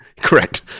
Correct